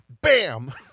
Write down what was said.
Bam